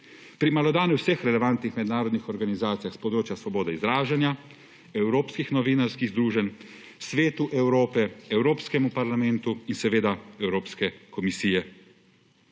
Pri malodane vseh relevantnih mednarodnih organizacije s področja svobode izražanja, evropskih novinarskih združenj, Svetu Evrope, Evropskem parlamentu in seveda Evropski komisiji.